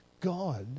god